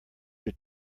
your